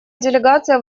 делегация